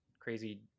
crazy